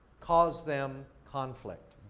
cause them conflict.